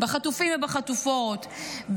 בחטופים ובחטופות,